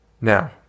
Now